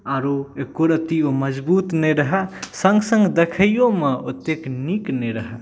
आरो एकोरत्ती ओ मजबूत नहि रहए सङ्ग सङ्ग देखैओमे ओतेक नीक नहि रहए